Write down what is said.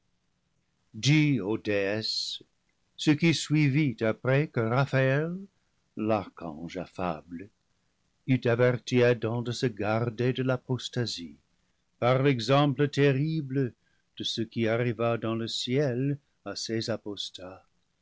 déesse ce qui suivit après que raphaël l'archange affable eut averti adam de se garder de l'apostasie par l'exemple terrible de ce qui arriva dans le ciel à ces apostats